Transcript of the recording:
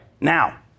Now